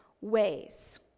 ways